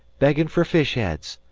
beggin' fer fish-heads.